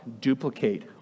duplicate